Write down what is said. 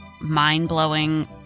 mind-blowing